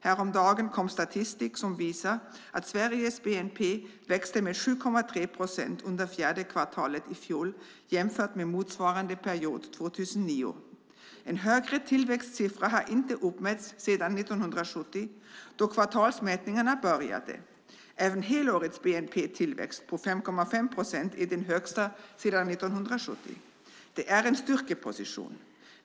Häromdagen kom statistik som visar att Sveriges bnp växte med 7,3 procent under fjärde kvartalet i fjol jämfört med motsvarande period 2009. En högre tillväxtsiffra har inte uppmätts sedan 1970, då kvartalsmätningarna började. Även helårets bnp-tillväxt på 5,5 procent är den högsta sedan 1970. Det är en styrkeposition.